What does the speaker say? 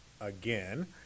again